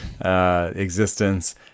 existence